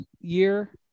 year